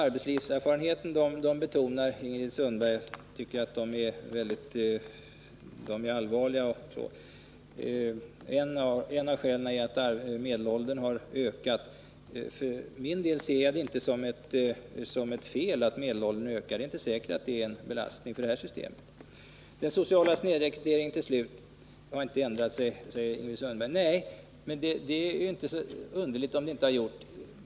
Ingrid Sundberg betonar de negativa konsekvenserna av arbetslivserfarenheterna och finner dem allvarliga. Ett av skälen är att medelåldern har För min del ser jag det inte som ett fel att medelåldern ökar. Det är inte säkert att detta är en belastning för detta system. Den sociala snedrekryteringen, till slut. Ingrid Sundberg säger att den inte har ändrat sig. Men det är inte så underligt.